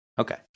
Okay